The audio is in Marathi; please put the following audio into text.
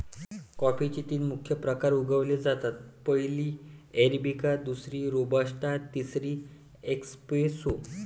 कॉफीचे तीन मुख्य प्रकार उगवले जातात, पहिली अरेबिका, दुसरी रोबस्टा, तिसरी एस्प्रेसो